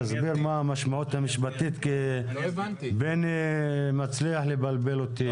תסביר מה המשמעות המשפטית כי בני מצליח לבלבל אותי.